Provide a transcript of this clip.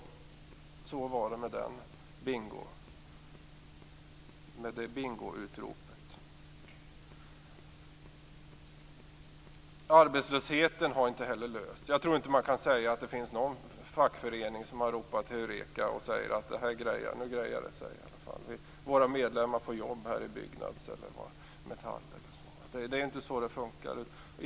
Så var det med det bingoutropet. Problemet med arbetslösheten har inte heller lösts. Jag tror inte att man kan säga att det finns någon fackförening som ropat heureka och sagt: Nu grejar det sig i alla fall. Våra medlemmar här i Byggnads eller Metall får jobb. Det är inte så det funkar.